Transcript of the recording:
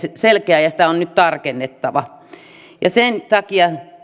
selkeä ja sitä on nyt tarkennettava sen takia